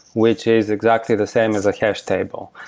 which is exactly the same as a hash table.